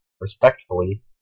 Respectfully